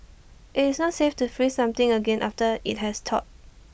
IT is not safe to freeze something again after IT has thawed